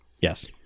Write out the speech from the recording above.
Yes